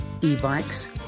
e-bikes